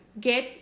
get